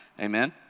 amen